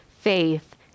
faith